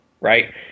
right